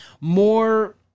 More